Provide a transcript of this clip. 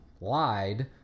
lied